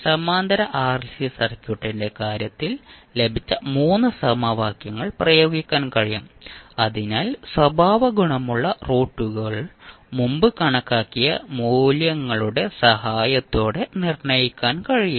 സമാന്തര ആർഎൽസി സർക്യൂട്ടിന്റെ കാര്യത്തിൽ ലഭിച്ച സമവാക്യങ്ങൾ പ്രയോഗിക്കാൻ കഴിയും അതിനാൽ സ്വഭാവഗുണമുള്ള റൂട്ടുകൾ മുമ്പ് കണക്കാക്കിയ മൂല്യങ്ങളുടെ സഹായത്തോടെ നിർണ്ണയിക്കാൻ കഴിയും